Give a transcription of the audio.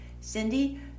Cindy